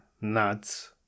nuts